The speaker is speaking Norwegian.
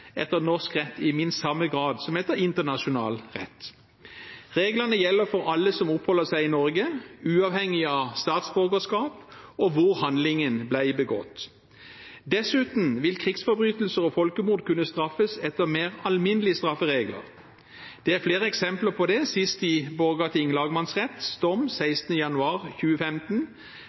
etter norsk rett i minst samme grad som etter internasjonal rett. Reglene gjelder for alle som oppholder seg i Norge, uavhengig av statsborgerskap og hvor handlingen ble begått. Dessuten vil krigsforbrytelser og folkemord kunne straffes etter mer alminnelige strafferegler. Det er flere eksempler på det, sist i Borgarting